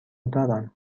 دارم